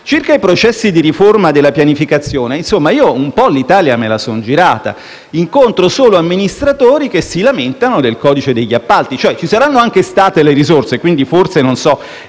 Circa i processi di riforma della pianificazione, insomma, io un po' l'Italia me la sono girata: incontro solo amministratori che si lamentano del codice degli appalti. Ci saranno anche state le risorse, quindi forse gli